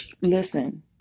Listen